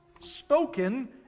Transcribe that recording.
spoken